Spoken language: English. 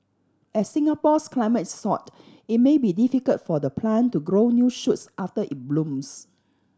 as Singapore's climate is sort it may be difficult for the plant to grow new shoots after it blooms